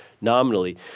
nominally